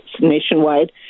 nationwide